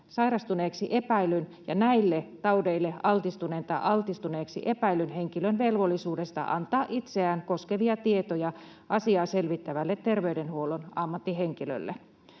sairastuneeksi epäillyn ja näille taudeille altistuneen tai altistuneeksi epäillyn henkilön velvollisuudesta antaa itseään koskevia tietoja asiaa selvittävälle terveydenhuollon ammattihenkilölle.